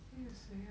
还有谁啊